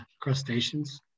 crustaceans